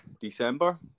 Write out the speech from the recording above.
december